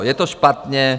Je to špatně.